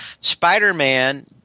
Spider-Man